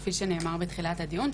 כפי שנאמר בתחילת הדיון,